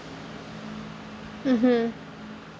mmhmm